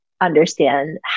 understand